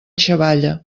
xavalla